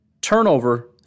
turnover